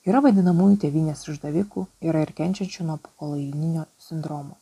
yra vadinamųjų tėvynės išdavikų yra ir kenčiančių nuo kolonijinio sindromo